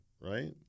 Right